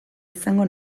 izango